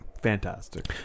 fantastic